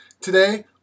today